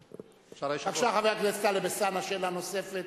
בבקשה, חבר הכנסת טלב אלסאנע, שאלה נוספת.